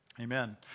Amen